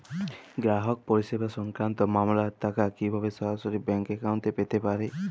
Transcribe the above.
গ্রাহক পরিষেবা সংক্রান্ত মামলার টাকা কীভাবে সরাসরি ব্যাংক অ্যাকাউন্টে পেতে পারি?